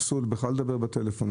אסור בכלל לדבר בטלפון?